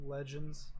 Legends